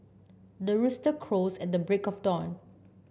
the rooster crows at the break of dawn